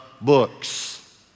books